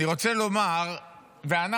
אני רוצה לומר שאנחנו